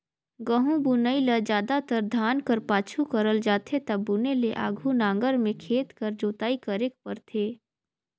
गहूँ बुनई ल जादातर धान कर पाछू करल जाथे ता बुने ले आघु नांगर में खेत कर जोताई करेक परथे